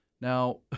Now